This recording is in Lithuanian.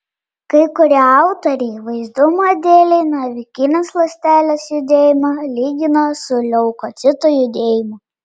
kai kurie autoriai vaizdumo dėlei navikinės ląstelės judėjimą lygina su leukocitų judėjimu